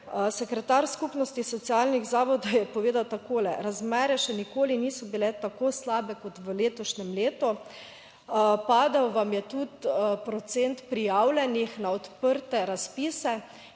Sekretar Skupnosti socialnih zavodov je povedal takole: Razmere še nikoli niso bile tako slabe kot v letošnjem letu. Padel vam je tudi procent prijavljenih na odprte razpise. In